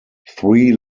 three